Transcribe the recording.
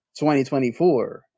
2024